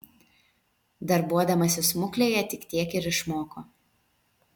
darbuodamasi smuklėje tik tiek ir išmoko